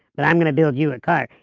but i'm going to build you a car,